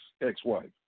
ex-wife